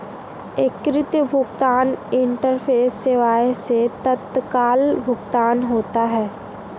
एकीकृत भुगतान इंटरफेस सेवाएं से तत्काल भुगतान होता है